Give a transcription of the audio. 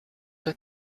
with